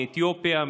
מאתיופיה,